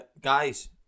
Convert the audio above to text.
guys